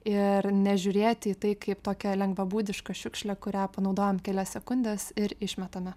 ir nežiūrėti į tai kaip tokią lengvabūdišką šiukšlę kurią panaudojam kelias sekundes ir išmetame